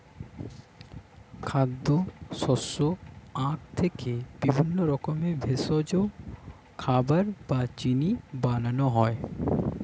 খাদ্য, শস্য, আখ থেকে বিভিন্ন রকমের ভেষজ, খাবার বা চিনি বানানো হয়